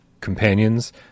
companions